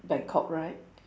bangkok right